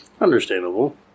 Understandable